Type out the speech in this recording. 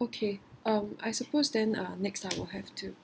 okay um I suppose then uh next I will have to